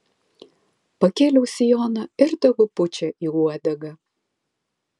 pakėliau sijoną ir tegu pučia į uodegą